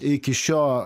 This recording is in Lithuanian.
iki šio